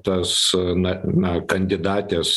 tas na na kandidatės